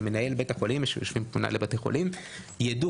כשמנהלי בתי החולים יושבים פה מנהלי בתי חולים יידעו